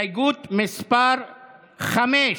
הסתייגות מס' 5,